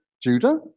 Judah